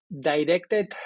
directed